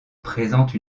présente